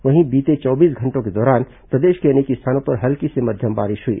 वहीं बीते चौबीस घंटों के दौरान प्रदेश के अनेक स्थानों पर हल्की से मध्यम बारिश हुई